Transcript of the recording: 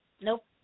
Nope